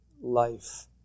life